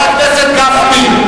חבר הכנסת גפני.